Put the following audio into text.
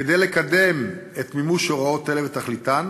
כדי לקדם את מימוש הוראות אלה ותכליתן,